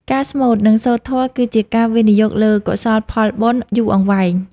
ការស្មូត និងសូត្រធម៌គឺជាការវិនិយោគលើកុសលផលបុណ្យយូរអង្វែង។